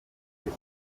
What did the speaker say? que